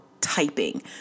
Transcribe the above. typing